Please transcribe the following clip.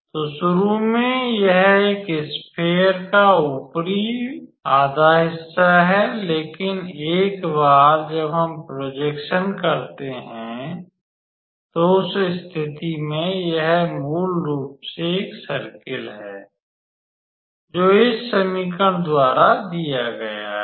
तो शुरू में यह इस स्फेयर का एक ऊपरी आधा हिस्सा है लेकिन एक बार जब हम प्रोजेक्सन करते हैं तो उस स्थिति में यह मूल रूप से एक सर्कल है जो इस समीकरण द्वारा दिया गया है